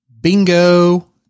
Bingo